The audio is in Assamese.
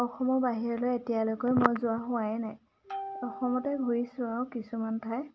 অসমৰ বাহিৰলৈ এতিয়ালৈকৈ মই যোৱা হোৱাই নাই অসমতে ঘূৰিছোঁ আৰু কিছুমান ঠাই